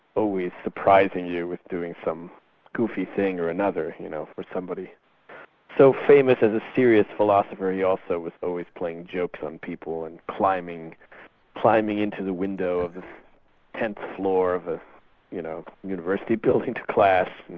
always surprising you with doing some goofy thing or another, you know. for somebody so famous as a serious philosopher he also was always playing jokes on people and climbing climbing into the window of the tenth and floor of a you know university building's class,